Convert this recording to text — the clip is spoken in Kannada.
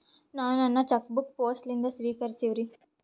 ನಾನು ನನ್ನ ಚೆಕ್ ಬುಕ್ ಪೋಸ್ಟ್ ಲಿಂದ ಸ್ವೀಕರಿಸಿವ್ರಿ